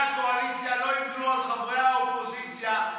הקואליציה לא יבנו על חברי האופוזיציה.